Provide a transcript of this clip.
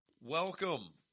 Welcome